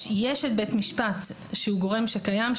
יש את בית משפט שהוא גורם שקיים,